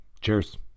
Cheers